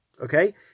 okay